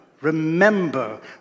remember